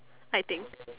I think